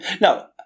Now